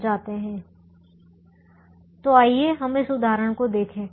तो आइए हम इस उदाहरण को देखें